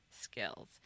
skills